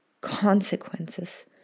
consequences